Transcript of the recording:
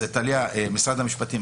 טליה ומשרד המשפטים,